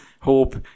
hope